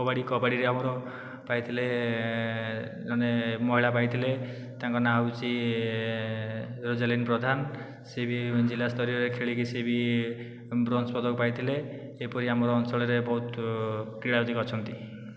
କବାଡ଼ି କବାଡ଼ିରେ ଆମର ପାଇଥିଲେ ଜଣେ ମହିଳା ପାଇଥିଲେ ତାଙ୍କ ନା ହେଉଛି ରୋଜାଲିନ ପ୍ରଧାନ ସିଏ ବି ଜିଲ୍ଲାସ୍ତରୀୟରେ ଖେଳିକି ସିଏ ବି ବ୍ରୋଞ୍ଜ ପଦକ ପାଇଥିଲେ ଏପରି ଆମର ଅଞ୍ଚଳରେ ବହୁତ କ୍ରିଡ଼ାବିତ ଅଛନ୍ତି